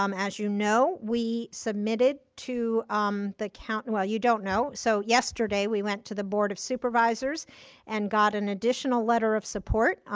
um as you know, we submitted to um the, and well, you don't know, so yesterday we went to the board of supervisors and got an additional letter of support.